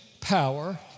power